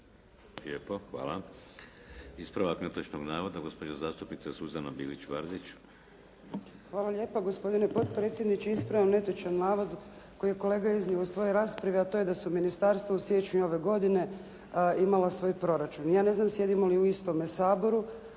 Lijepo. Hvala. Ispravak netočnog navoda, gospođa zastupnica Suzana Bilić Vardić. **Bilić Vardić, Suzana (HDZ)** Hvala lijepo gospodine potpredsjedniče. Ispravljam netočan navod koji je kolega iznio u svojoj raspravi a to je da su ministarstva u siječnju ove godine imalo svoj proračun. Ja ne znam sjedimo li u istome Saboru,